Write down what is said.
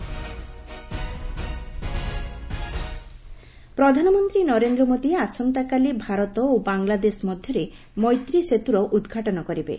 ମୈତ୍ରୀ ସେତୁ ପ୍ରଧାନମନ୍ତ୍ରୀ ନରେନ୍ଦ୍ର ମୋଦି ଆସନ୍ତାକାଲି ଭାରତ ଓ ବାଂଲାଦେଶ ମଧ୍ୟରେ ମୈତ୍ରୀ ସେତୁର ଉଦ୍ଘାଟନ କରିବେ